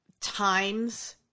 Times